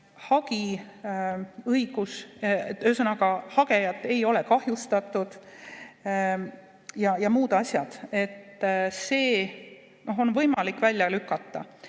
hagi, ühesõnaga, hagejat ei ole kahjustatud, ja muud asjad. See on võimalik välja lükata.